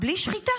בלי שחיטה,